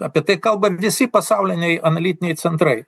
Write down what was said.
apie tai kalba visi pasauliniai analitiniai centrai